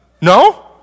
No